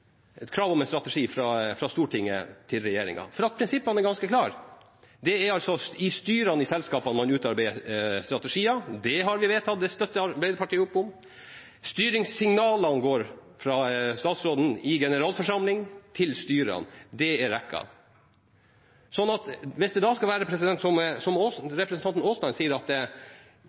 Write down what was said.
fra Stortinget til regjeringen. Prinsippene er ganske klare. Det er i styrene i selskapene man utarbeider strategier. Det har vi vedtatt. Det støtter Arbeiderpartiet opp om. Styringssignalene går fra statsråden i generalforsamling til styrene. Det er rekken. Så hvis det skal være slik som